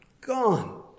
Gone